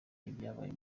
ibyabaye